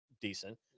decent